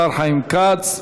השר חיים כץ.